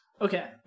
okay